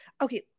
okay